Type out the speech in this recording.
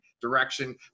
direction